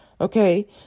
Okay